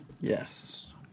Yes